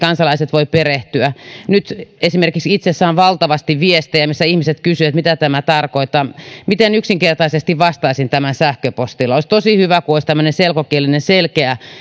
kansalaiset voivat perehtyä nyt esimerkiksi itse saan valtavasti viestejä missä ihmiset kysyvät mitä tämä tarkoittaa miten yksinkertaisesti vastaisin tähän sähköpostilla olisi tosi hyvä jos olisi tämmöinen selkokielinen selkeä